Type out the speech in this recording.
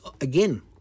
again